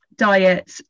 Diet